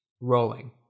rolling